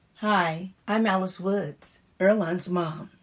hi, i'm alyce woods, earlonne's mom.